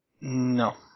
No